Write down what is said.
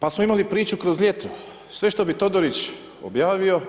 Pa smo imali priču kroz ljeto, sve što bi Todorić objavio,